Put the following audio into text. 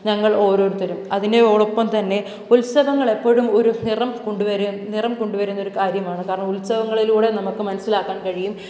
ഞങ്ങൾ ഓരോരുത്തരും അതിനൊടൊപ്പം തന്നെ ഉത്സവങ്ങള് എപ്പോഴും ഒരു നിറം കൊണ്ടുവരും നിറം കൊണ്ടു വരുന്നൊരു കാര്യമാണ് കാരണം ഉത്സവങ്ങളിലൂടെ നമുക്ക് മനസ്സിലാക്കാന് കഴിയും